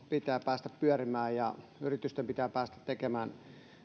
pitää päästä pyörimään ja yritysten pitää päästä tekemään